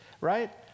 right